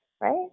right